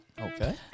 Okay